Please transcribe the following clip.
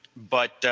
but